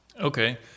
Okay